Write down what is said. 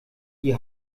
die